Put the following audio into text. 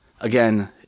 Again